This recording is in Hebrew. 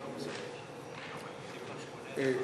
כן.